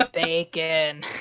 Bacon